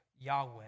Yahweh